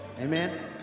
Amen